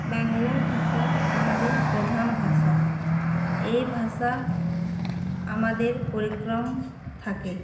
বাংলা ভাষা আমাদের পরিক্রম প্রধান ভাষা এই ভাষা আমাদের পরিক্রম থাকে